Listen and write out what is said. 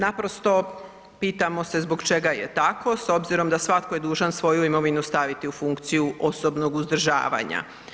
Naprosto pitamo se zbog čega je tako s obzirom da je svako dužan svoju imovinu staviti u funkciji osobnog uzdržavanja.